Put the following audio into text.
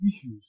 issues